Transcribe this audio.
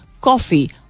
coffee